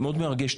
מאוד מרגש.